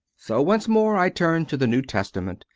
so, once more i turned to the new testament,